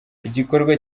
igikorwa